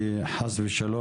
כי חס ושלום,